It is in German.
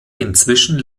inzwischen